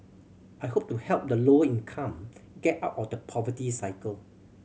I hope to help the lower income get out of the poverty cycle